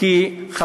כדי לייצג אותם,